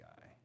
guy